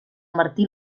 martí